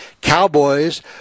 cowboys